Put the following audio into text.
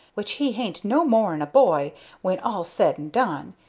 which he hain't no more'n a boy when all's said and done,